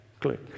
Click